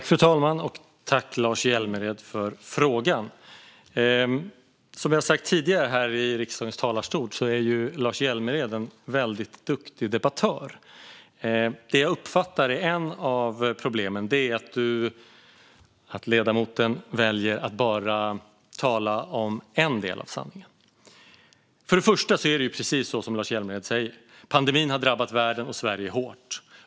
Fru talman! Tack, Lars Hjälmered, för frågan! Som jag har sagt tidigare här i riksdagens talarstol är Lars Hjälmered en väldigt duktig debattör. Det jag uppfattar är att ett av problemen är att ledamoten väljer att bara tala om en del av sanningen. Först och främst är det precis så som Lars Hjälmered säger. Pandemin har drabbat världen och Sverige hårt.